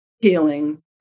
healing